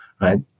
right